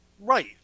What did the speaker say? Right